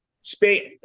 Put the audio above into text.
space